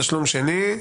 תשלום שני,